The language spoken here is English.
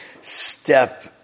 step